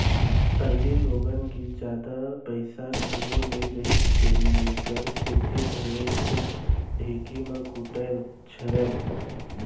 पहिली लोगन तीन जादा पइसा घलौ नइ रहिस तेकर सेती घरेच के ढेंकी म कूटय छरय